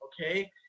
Okay